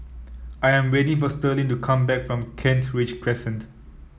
I am waiting for Sterling to come back from Kent Ridge Crescent